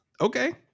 Okay